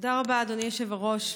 תודה רבה, אדוני היושב-ראש.